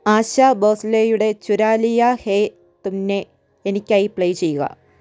ആശാ ബോസ്ലേയുടെ ചുരാ ലിയാ ഹേയ് തുംനേ എനിക്കായി പ്ലേ ചെയ്യുക